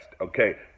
okay